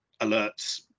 alerts